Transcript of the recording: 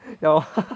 ya lor